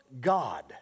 God